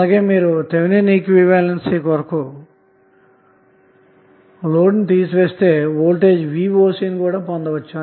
అలాగే మీరు థెవినిన్ఈక్వివలెన్సీ కొరకు లోడ్ ను తీసివేస్తే మీరు వోల్టేజ్ voc ని పొందవచ్చు